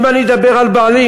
אם אני אדבר על בעלי,